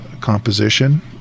composition